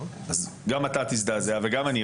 אז גם אתה תזדעזע וגם אני,